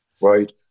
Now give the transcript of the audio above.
right